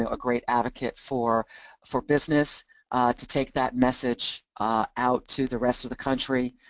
ah a great advocate for for business to take that message out to the rest of the country.